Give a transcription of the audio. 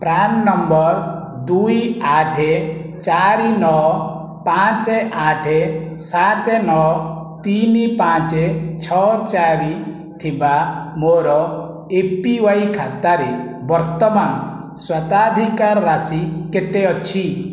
PRAN number ଦୁଇ ଆଠ ଚାରି ନଅ ପାଞ୍ଚ ଆଠ ସାତ ନଅ ତିନି ପାଞ୍ଚ ଛଅ ଚାରି ଥିବା ମୋର ଏ ପି ୱାଇ ଖାତାରେ ବର୍ତ୍ତମାନ ସ୍ୱତ୍ୱାଧିକାର ରାଶି କେତେ ଅଛି